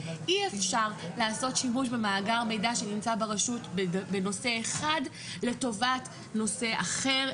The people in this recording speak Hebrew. אי אפשר לעשות שימוש במאגר מידע שנמצא ברשות בנושא אחד לטובת נושא אחר,